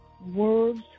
words